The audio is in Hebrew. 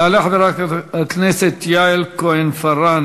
תעלה חברת הכנסת יעל כהן-פארן,